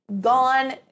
gone